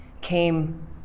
came